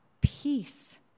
peace